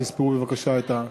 תספרו בבקשה את,